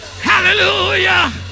Hallelujah